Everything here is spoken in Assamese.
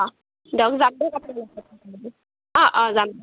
অহ দিয়ক অঁ অঁ যাম